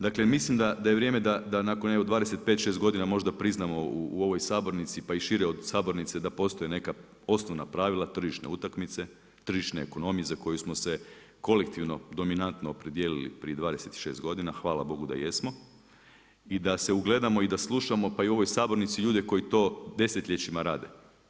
Dakle mislim da je vrijeme da nakon evo 25, 26 godina možda priznamo u ovoj sabornici pa i šire od sabornice da postoje neka osnovna pravila tržišne utakmice, tržišne ekonomije za koju smo se kolektivno, dominantno opredijelili prije 26 godina, hvala Bogu da jesmo i da se ugledamo i da slušamo pa i u ovoj sabornici ljude koji to desetljećima rade.